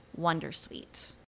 Wondersuite